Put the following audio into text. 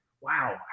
wow